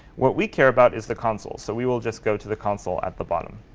what we care about is the console. so we will just go to the console at the bottom.